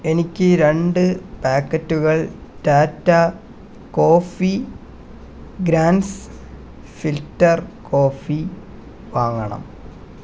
എനിക്ക് രണ്ട് പായ്ക്കറ്റുകൾ Tata coffee grands filter coffee വാങ്ങണം